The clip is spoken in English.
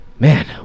Man